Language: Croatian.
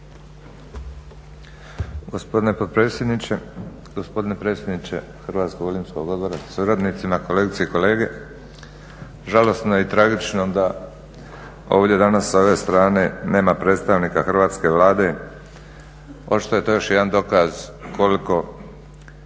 Hrvatskom olimpijskom odboru